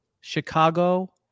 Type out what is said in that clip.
Chicago